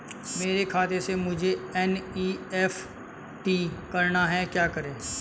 मेरे खाते से मुझे एन.ई.एफ.टी करना है क्या करें?